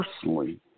personally